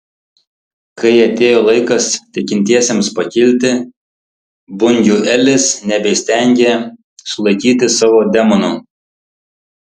kai atėjo laikas tikintiesiems pakilti bunjuelis nebeįstengė sulaikyti savo demonų